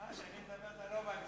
כשאני מדבר, אתה לא בא לשמוע.